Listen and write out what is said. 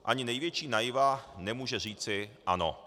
Ani největší naiva nemůže říci ano.